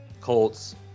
Colts